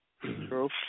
True